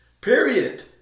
Period